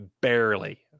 Barely